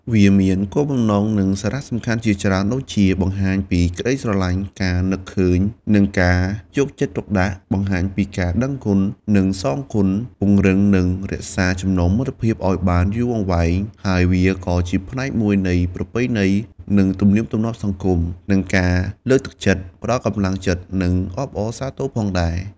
វាមានគោលបំណង និងសារៈសំខាន់ជាច្រើនដូចជា បង្ហាញពីក្តីស្រឡាញ់ ការនឹកឃើញ និងការយកចិត្តទុកដាក់ បង្ហាញពីការដឹងគុណ និងសងគុណ ពង្រឹង និងរក្សាចំណងមិត្តភាពឲ្យបានយូរអង្វែង ហើយវាក៏ជាផ្នែកមួយនៃប្រពៃណី និងទំនៀមទម្លាប់សង្គម និងការលើកទឹកចិត្ត ផ្តល់កម្លាំងចិត្ត និងអបអរសាទរផងដែរ។